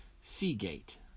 Seagate